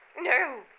No